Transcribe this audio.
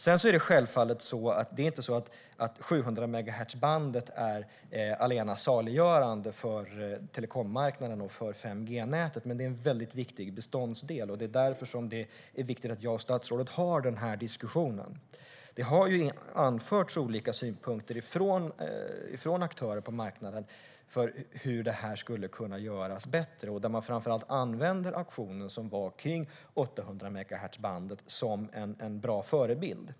Det är självfallet inte så att 700-megahertzbandet är allena saliggörande för telekommarknaden och för 5G-nätet, men det är en väldigt viktig beståndsdel. Det är därför som det är viktigt att jag och statsrådet har den här diskussionen. Det har anförts olika synpunkter från aktörer på marknaden om hur det här skulle kunna göras bättre. Man använder framför allt auktionen som var kring 800-megahertzbandet som en bra förebild.